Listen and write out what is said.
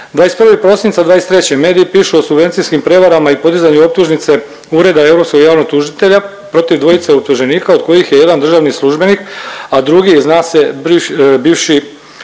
21. prosinca 2023. mediji pišu o subvencijskim prijevarama i podizanju optužnice Ureda europskog javnog tužitelja protiv dvojice optuženika od kojih je jedan državni službenik, a drugi je zna se bivši